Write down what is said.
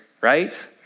right